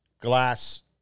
glass